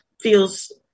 feels